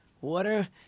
water